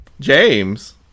James